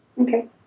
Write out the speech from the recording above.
Okay